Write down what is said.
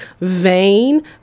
vain